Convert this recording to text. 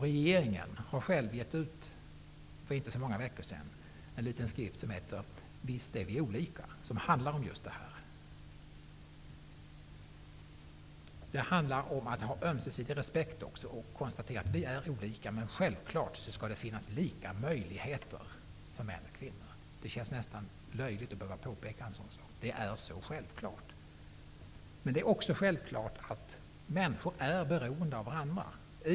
Regeringen har själv för inte så många veckor sedan gett ut en liten skrift som heter Visst är vi olika. Den handlar om just detta. Det handlar också om att ha ömsesidig respekt och konstatera att vi är olika. Men det skall självfallet finnas lika möjligheter för män och kvinnor. Det känns nästan löjligt att behöva påpeka en sådan sak. Det är så självklart. Men det är också självklart att människor är beroende av varandra.